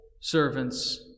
servants